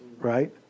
right